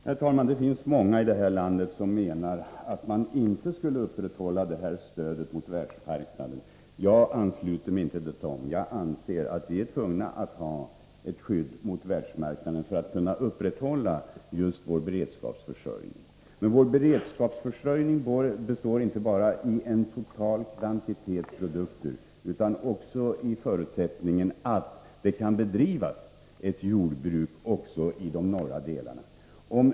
Herr talman! Det finns många i detta land som menar att man inte skall upprätthålla detta stöd mot världsmarknaden. Jag ansluter mig inte till dem utan anser att vi är tvungna att ha ett skydd mot världsmarknaden för att kunna upprätthålla just vår beredskapsförsörjning. Men vår beredskapsförsörjning består inte bara av en total kvantitet produkter, utan en förutsättning är att det också kan bedrivas ett jordbruk i de norra delarna av landet.